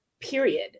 period